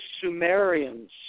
Sumerians